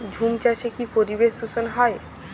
ঝুম চাষে কি পরিবেশ দূষন হয়?